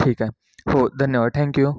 ठीक आहे हो धन्यवाद थँक्यू